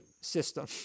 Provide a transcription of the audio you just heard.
system